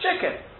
chicken